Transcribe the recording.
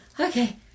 Okay